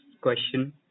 question